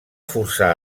forçar